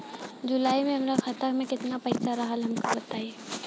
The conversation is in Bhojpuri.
जुलाई में हमरा खाता में केतना पईसा रहल हमका बताई?